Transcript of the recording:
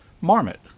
marmot